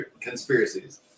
conspiracies